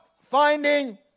finding